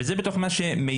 וזה בתוך מה שמיושם.